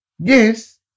Yes